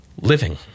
living